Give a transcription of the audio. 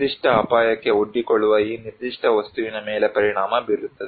ನಿರ್ದಿಷ್ಟ ಅಪಾಯಕ್ಕೆ ಒಡ್ಡಿಕೊಳ್ಳುವ ಈ ನಿರ್ದಿಷ್ಟ ವಸ್ತುವಿನ ಮೇಲೆ ಪರಿಣಾಮ ಬೀರುತ್ತದೆ